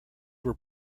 were